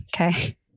Okay